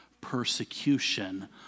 persecution